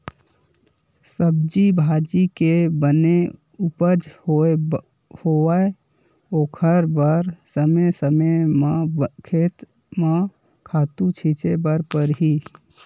सब्जी भाजी के बने उपज होवय ओखर बर समे समे म खेत म खातू छिते बर परही